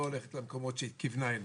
לא הולכת למקומות שהיא כיוונה אליהם.